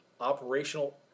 Operational